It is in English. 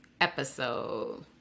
episode